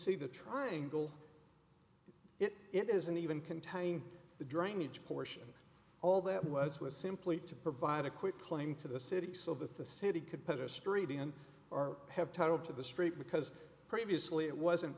see the triangle it is an even can tie in the drainage portion all that was was simply to provide a quick claim to the city so that the city could put a street in are have title to the street because previously it wasn't